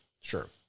sure